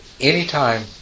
Anytime